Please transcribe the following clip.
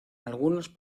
algunos